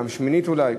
פעם שמינית אולי?